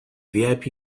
vip